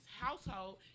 household